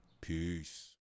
Peace